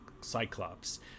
cyclops